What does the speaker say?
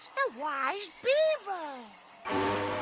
the wise beaver.